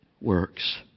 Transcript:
works